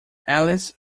alice